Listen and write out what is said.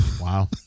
wow